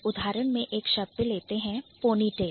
उदाहरण में एक शब्द लेते हैं Ponytail पोनीटेल